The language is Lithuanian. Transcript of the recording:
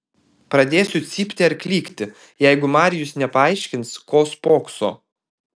pradėsiu cypti ar klykti jeigu marijus nepaaiškins ko spokso